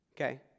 Okay